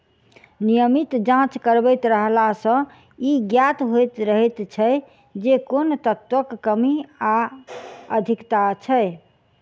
नियमित जाँच करबैत रहला सॅ ई ज्ञात होइत रहैत छै जे कोन तत्वक कमी वा अधिकता छै